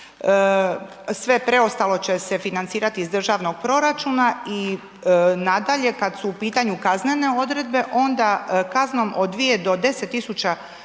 Sve preostalo će se financirati iz državnog proračuna. I nadalje, kada su u pitanju kaznene odredbe onda kaznom od 2 do 10